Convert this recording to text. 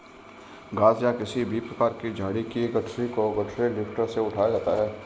घास या किसी भी प्रकार की झाड़ी की गठरी को गठरी लिफ्टर से उठाया जाता है